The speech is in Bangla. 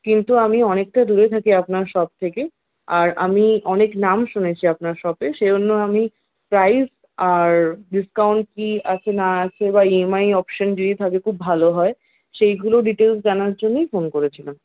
কিন্তু আমি অনেকটা দূরে থাকি আপনার শপ থেকে আর আমি অনেক নাম শুনেছি আপনার শপের সেইজন্য আমি প্রাইস আর ডিসকাউন্ট কী আছে না আছে বা ইএমআই অপশান যদি থাকে খুব ভালো হয় সেইগুলো ডিটেলস জানার জন্যেই ফোন করেছিলাম